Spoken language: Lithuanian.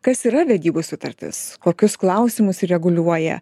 kas yra vedybų sutartis kokius klausimus reguliuoja